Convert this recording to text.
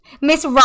Miss